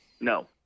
no